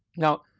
now,